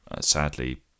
sadly